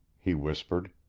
he whispered,